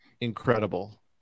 incredible